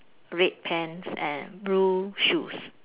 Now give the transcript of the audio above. red pants and blue shoes